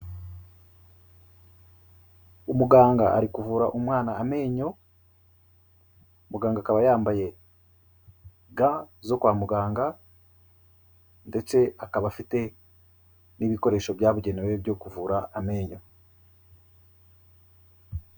Umuganga ari kuvura umwana amenyo, muganga akaba yambaye ga zo kwa muganga ndetse akaba afite n'ibikoresho byabugenewe byo kuvura amenyo.